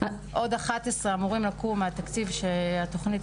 עוד 11 אמורים לקום מהתקציב שהתוכנית